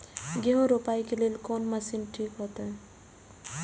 गेहूं रोपाई के लेल कोन मशीन ठीक होते?